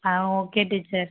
ah okay teacher